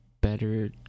better